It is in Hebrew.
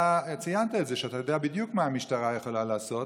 אתה ציינת את זה שאתה יודע בדיוק מה המשטרה יכולה לעשות.